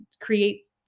create